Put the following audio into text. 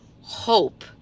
hope